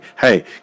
hey